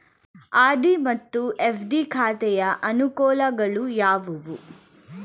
RD ಮತ್ತು FD ಖಾತೆಯ ಅನುಕೂಲಗಳು ಯಾವುವು?